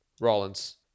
Rollins